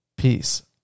Peace